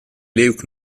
liug